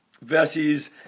versus